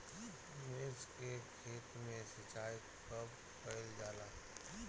मिर्चा के खेत में सिचाई कब कइल जाला?